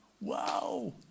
Wow